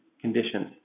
conditions